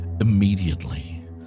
immediately